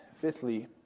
fifthly